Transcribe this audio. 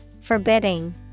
Forbidding